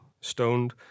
stoned